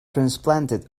transplanted